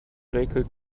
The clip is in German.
räkelt